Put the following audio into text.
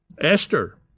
Esther